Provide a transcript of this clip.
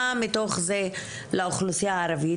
מה מתוך זה לאוכלוסייה הערבית.